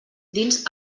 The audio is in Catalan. dins